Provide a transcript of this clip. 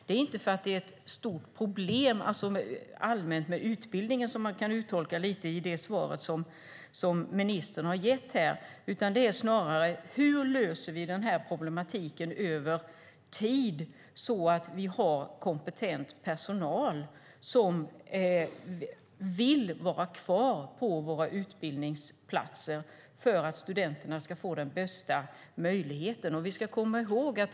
Det är inte för att det skulle vara något stort problem allmänt med utbildningen, vilket man kan uttolka i det svar som ministern gett, utan frågan är snarare: Hur löser vi problematiken över tid, så att vi har kompetent personal som vill vara kvar på våra utbildningsplatser för att studenterna ska få den bästa möjligheten?